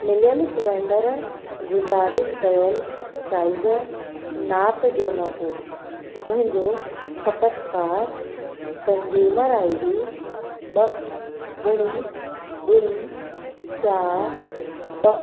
मिलियलु सिलेंडर गुज़ारिश कयलु साइज़ नाप जो न हुओ मुंहिंजो खपतकार कंज्यूमर आईडी ॿ ॿुड़ी ॿुड़ी चारि ॿ